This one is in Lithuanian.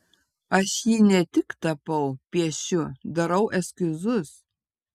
aš jį ne tik tapau piešiu darau eskizus